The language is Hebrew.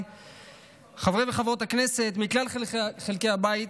חברי וחברות הכנסת מכלל חלקי הבית,